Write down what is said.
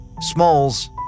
Smalls